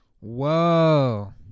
Whoa